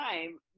time